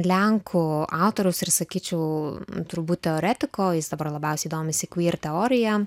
lenkų autoriaus ir sakyčiau turbūt teoretiko jis dabar labiausiai domisi kvir teorija